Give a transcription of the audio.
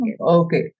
Okay